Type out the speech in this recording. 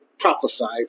Prophesied